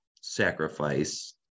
sacrifice